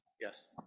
Yes